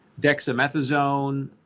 dexamethasone